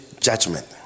judgment